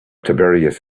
tiberius